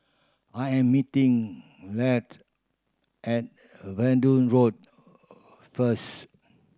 I am meeting at Verdun Road first